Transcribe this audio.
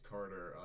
Carter